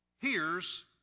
hears